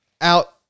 out